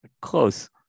Close